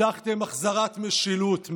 הבטחתם החזרת משילות.